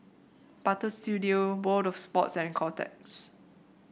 Butter Studio World Of Sports and Kotex